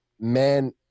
man